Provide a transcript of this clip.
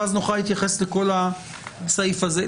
ואז נוכל להתייחס לכל הסעיף הזה.